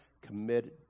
committed